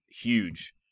huge